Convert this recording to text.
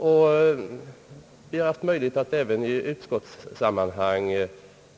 Även 1 utskottssammanhang har vi haft möjlighet att